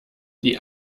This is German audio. die